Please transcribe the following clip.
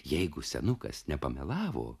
jeigu senukas nepamelavo